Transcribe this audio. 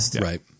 Right